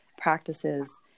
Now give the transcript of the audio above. practices